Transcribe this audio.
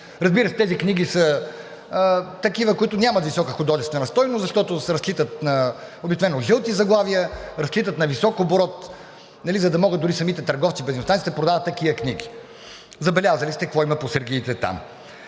Разбира се, тези книги са такива, които нямат висока художествена стойност, защото разчитат обикновено на жълти заглавия, разчитат на висок оборот, за да могат самите търговци, бензиностанциите, да продават такива книги. Забелязали сте какво има по сергиите там.